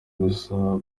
gusa